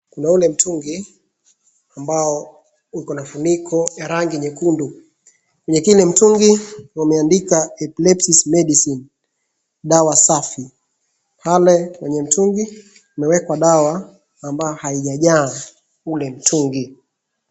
Kuna ule mtungi ambao uko na kifuniko ya rangi nyekundu. Kwenye kile mtungi wameandika Epilepsy Medicine , dawa safi. Pale kwenye mtungi kumewekwa dawa ambayo haijajaa ule mtungi.